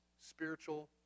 spiritual